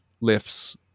lifts